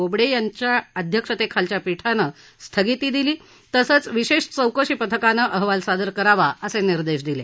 बोबडे यांच्या अध्यक्षतेखालच्या पीठानं स्थगिती दिली तसंच विशेष चौकशी पथकानं अहवाल सादर करावा असे निर्देशही दिले